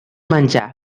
menjar